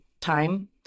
time